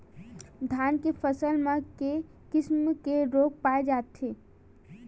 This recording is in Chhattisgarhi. धान के फसल म के किसम के रोग पाय जाथे?